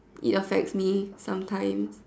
it affects me sometime